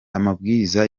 amabwiriza